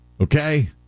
okay